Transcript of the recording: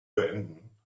beenden